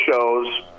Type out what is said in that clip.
shows